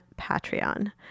Patreon